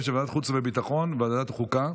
של ועדת החוץ והביטחון וועדת החוקה,